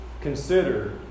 Consider